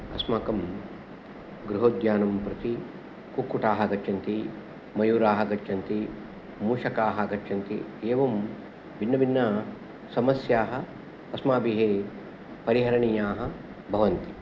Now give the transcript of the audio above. अस्माकं गृहोद्यानं प्रति कुक्कुटाः आगच्छन्ति मयूराः आगच्छन्ति मूषकाः आगच्छन्ति एवम् भिन्नभिन्नसमस्याः अस्मभिः परिहरणीयाः भवन्ति